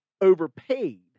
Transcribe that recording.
overpaid